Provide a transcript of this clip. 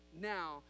now